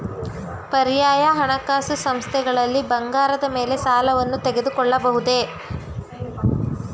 ಪರ್ಯಾಯ ಹಣಕಾಸು ಸಂಸ್ಥೆಗಳಲ್ಲಿ ಬಂಗಾರದ ಮೇಲೆ ಸಾಲವನ್ನು ತೆಗೆದುಕೊಳ್ಳಬಹುದೇ?